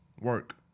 work